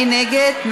מי נגד?